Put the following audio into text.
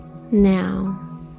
Now